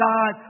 God